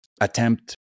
attempt